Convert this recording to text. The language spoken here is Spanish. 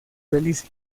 belice